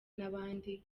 n’abandi